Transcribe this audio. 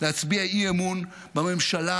להצביע אי-אמון בממשלה,